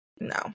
no